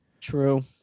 True